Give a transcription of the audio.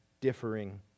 differing